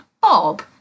Bob